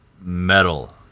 metal